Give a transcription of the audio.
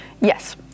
Yes